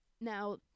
Now